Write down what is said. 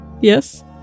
Yes